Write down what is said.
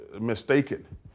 mistaken